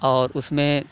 اور اس میں